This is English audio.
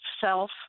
self